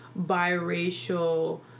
biracial